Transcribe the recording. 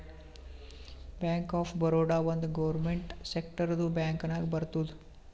bank of Baroda ಒಂದ್ government ಸೆಕ್ಟರ್ದು bank ನಾಗ್ ಬರ್ತುದ್